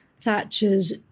Thatcher's